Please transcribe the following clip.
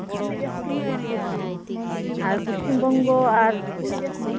ᱟᱨ Paschim Banga ᱟᱨ